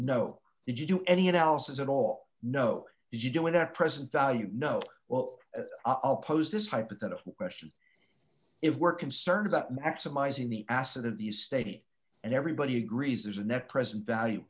no you do any analysis at all no you do it at present value no well i'll pose this hypothetical question if we're concerned about maximizing the acid in the state and everybody agrees there's a net present value